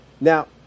Now